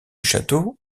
château